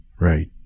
right